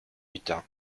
utah